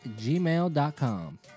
gmail.com